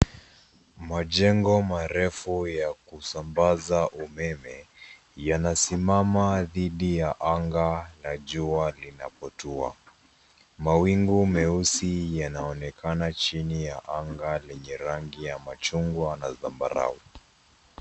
Majengo marefu ya kusambaza wa umeme enye dhidi ya angaa na jua linapotua. Mawingu meusi yanaonekana jini ya angaa lenye rangi majungwa na sambarua,